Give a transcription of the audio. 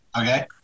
Okay